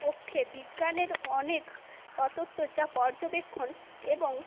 পক্ষে বিজ্ঞানের অনেক তত্ত্ব যা পর্যবেক্ষণ এবং